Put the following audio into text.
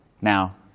Now